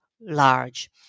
large